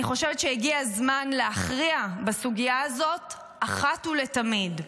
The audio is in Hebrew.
אני חושבת שהגיע הזמן להכריע בסוגיה הזאת אחת ולתמיד.